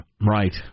Right